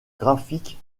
graphique